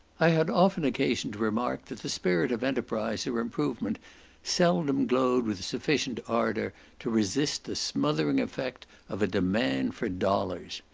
i had often occasion to remark that the spirit of enterprise or improvement seldom glowed with sufficient ardour to resist the smothering effect of a demand for dollars.